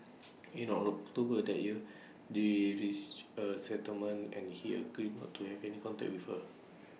in our October that year they reached A settlement and he agreed not to have any contact with her